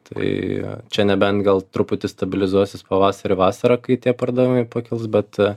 tai čia nebent gal truputį stabilizuosis pavasarį vasarą kai tie pardavimai pakils bet